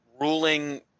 ruling